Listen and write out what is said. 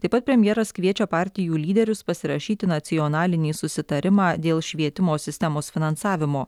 taip pat premjeras kviečia partijų lyderius pasirašyti nacionalinį susitarimą dėl švietimo sistemos finansavimo